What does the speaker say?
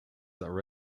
are